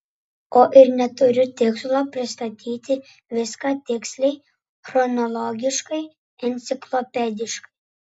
o ir neturiu tikslo pristatyti viską tiksliai chronologiškai enciklopediškai